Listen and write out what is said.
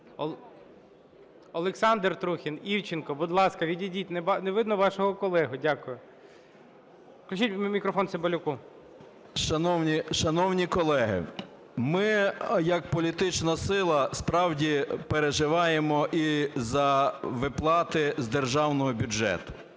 Олександр Трухін, Івченко, будь ласка, відійдіть, не видно вашого колегу, дякую. Включіть мікрофон Цимбалюку. 13:03:40 ЦИМБАЛЮК М.М. Шановні колеги, ми, як політична сила, справді переживаємо і за виплати з державного бюджету.